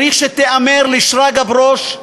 צריכה להיאמר לשרגא ברוש,